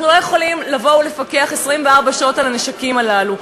אנחנו לא יכולים לבוא ולפקח 24 שעות על הנשקים הללו.